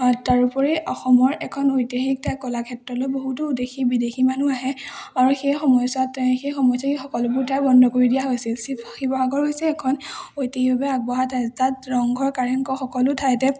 তাৰোপৰি অসমৰ এখন ঐতিহাসিক ঠাই কলাক্ষেত্ৰলৈ বহুতো দেশী বিদেশী মানুহ আহে আৰু সেই সময়ছোৱাত সেই সময়ছোৱাই সকলোবোৰ ঠাই বন্ধ কৰি দিয়া হৈছিল শিৱ শিৱসাগৰ হৈছে এখন ঐতিহাসিকভাৱে আগবঢ়া ঠাই তাত ৰংঘৰ কাৰেংঘৰ সকলো ঠাইতে